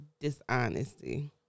dishonesty